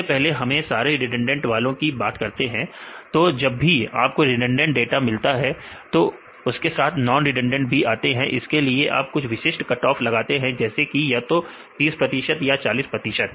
सबसे पहले हम सारे रिडंडेंट वालों की बात करते हैं तो जब भी आपको रिडंडेंट डाटा मिलता है तो उसके साथ नॉन रिडंडेंट भी आते हैं इसके लिए आप कुछ विशिष्ट कट ऑफ लगाते हैं जैसे कि या तो 30 प्रतिशत या 40 प्रतिशत